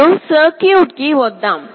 ఇప్పుడు సర్క్యూట్ కు వద్దాం